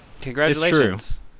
Congratulations